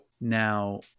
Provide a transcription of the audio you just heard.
now